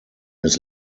his